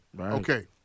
Okay